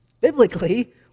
Biblically